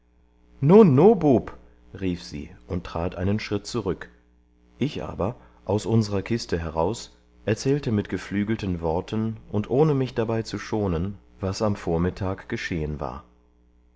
bub rief sie und trat einen schritt zurück ich aber aus unserer kiste heraus erzählte mit geflügelten worten und ohne mich dabei zu schonen was am vormittag geschehen war